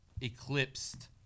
eclipsed